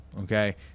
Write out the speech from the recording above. okay